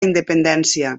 independència